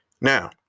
Now